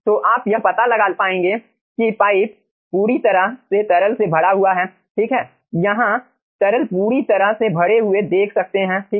तो आप यह पता लागा पयेंगे कि पाइप पूरी तरह से तरल से भरा हुआ है ठीक है यहां तरल पूरी तरह से भरे हुए देख सकते हैं ठीक है